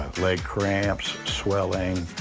leg cramps, swelling,